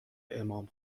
امام